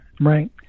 right